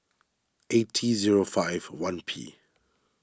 eight T zero five one P